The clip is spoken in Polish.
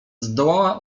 zdołała